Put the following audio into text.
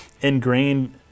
ingrained